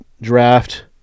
draft